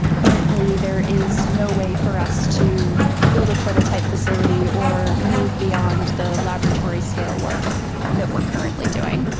currently there is no way for us to build a prototype facility or move beyond the laboratory scale work that we're currently doing.